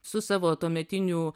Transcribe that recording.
su savo tuometiniu